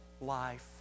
life